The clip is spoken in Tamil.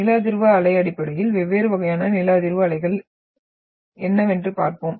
நில அதிர்வு அலை அடிப்படையில் வெவ்வேறு வகையான நில அதிர்வு அலைகள் என்னவென்று பார்ப்போம்